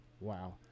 wow